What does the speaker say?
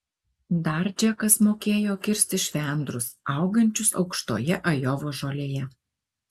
dar džekas mokėjo kirsti švendrus augančius aukštoje ajovos žolėje